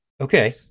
Okay